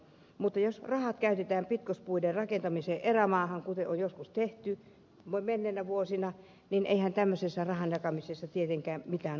mutta jos rahat käytetään pitkospuiden rakentamiseen erämaahan kuten on joskus tehty menneinä vuosina niin eihän tämmöisessä rahan jakamisessa tietenkään mitään tolkkua ole